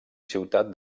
ciutats